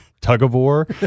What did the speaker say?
tug-of-war